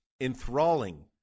enthralling